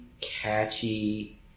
catchy